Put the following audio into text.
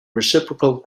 reciprocal